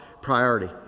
priority